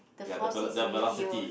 the force is with you